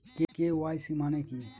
KYC মানে কি?